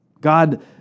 God